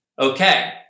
Okay